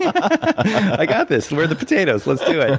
i got this. where are the potatoes? let's do